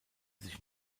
sich